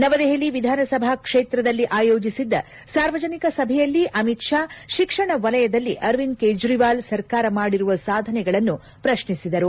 ನವದೆಹಲಿ ವಿಧಾನಸಭಾ ಕ್ಷೇತ್ರದಲ್ಲಿ ಆಯೋಜಿಸಿದ್ದ ಸಾರ್ವಜನಿಕ ಸಭೆಯಲ್ಲಿ ಅಮಿತ್ ಶಾ ಶಿಕ್ಷಣ ವಲಯದಲ್ಲಿ ಅರವಿಂದ್ ಕೇಜ್ರಿವಾಲ್ ಸರ್ಕಾರ ಮಾಡಿರುವ ಸಾಧನೆಗಳನ್ನು ಪ್ರಶ್ನಿಸಿದರು